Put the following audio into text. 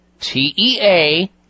T-E-A